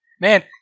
man